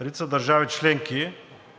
Редица държави членки